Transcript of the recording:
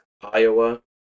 Iowa